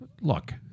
look